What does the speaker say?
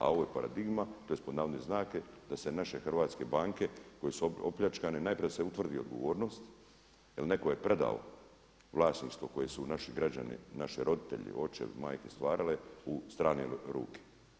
A ovo je paradigma, tj. pod narodne znake da se naše hrvatske banke koje su opljačkane, najprije da se utvrdi odgovornost jer netko je predao vlasništvo koje su naši građani, naši roditelji, očevi, majke stvarale u strane ruke.